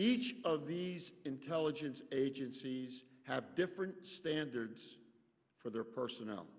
each of these intelligence agencies have different standards for their personnel